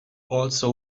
also